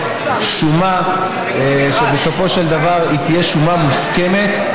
שומה שבסופו של דבר תהיה שומה מוסכמת,